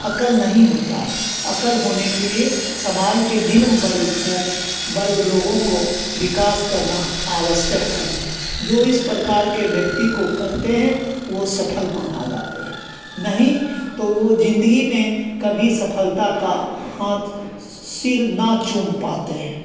अकल नहीं होती है अकल होने के लिए समाज के निम्न वर्ग को वर्ग लोगों को विकास करना आवश्यक समझे जो इस प्रकार के व्यक्ति को करते हैं वह सफल माने जाते हैं नहीं तो वह जिन्दगी में कभी सफलता का हाथ सिर न चूम पाते हैं